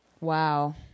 Wow